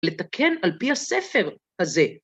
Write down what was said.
לתקן על פי הספר הזה.